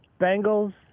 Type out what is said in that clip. Bengals